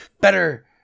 better